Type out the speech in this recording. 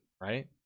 Right